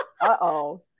uh-oh